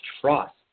trust